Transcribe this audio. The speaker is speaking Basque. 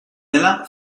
dela